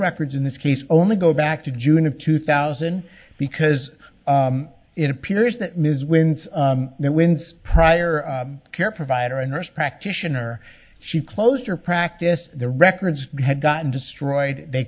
records in this case only go back to june of two thousand because it appears that ms wins wins prior care provider a nurse practitioner she closed her practice the records had gotten destroyed they